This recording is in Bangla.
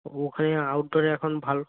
ওখানে আউটডোরে এখন ভালো